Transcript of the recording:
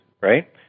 right